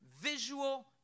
visual